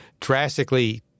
drastically